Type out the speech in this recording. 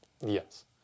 Yes